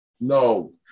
No